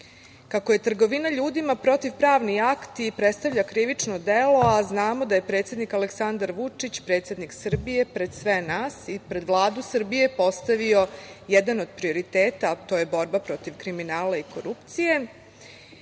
je trgovina ljudima protivpravni akt i predstavlja krivično delo, a znamo da je predsednik Aleksandar Vučić, predsednik Srbije, pred sve nas i pred Vladu Srbije postavio jedan od prioriteta, a to je borba protiv kriminala i korupcije.